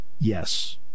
Yes